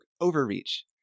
Overreach